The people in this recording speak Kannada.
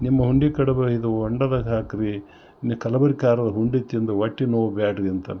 ನಿಮ್ಮ ಹುಂಡಿ ಕಡಬು ಇದು ಹೊಂಡದಾಗ್ ಹಾಕ್ರಿ ನಿಮ್ ಕಲಬೆರೆಕೆ ಆಹಾರ್ದ ಉಂಡೆ ತಿಂದು ಹೊಟ್ಟೆ ನೋವು ಬೇಡ್ರಿ ಅಂತ